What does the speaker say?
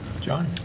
John